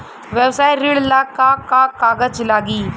व्यवसाय ऋण ला का का कागज लागी?